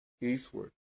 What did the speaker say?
eastward